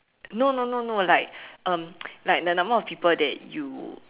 no no no no no like um like the number of people that you